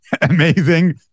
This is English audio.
amazing